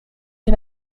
się